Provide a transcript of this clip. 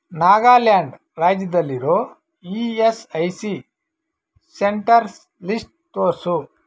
ನಾಗಾಲ್ಯಾಂಡ್ ರಾಜ್ಯದಲ್ಲಿರೋ E S I C centres list ತೋರಿಸು